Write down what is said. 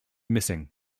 missing